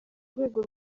rwego